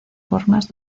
formas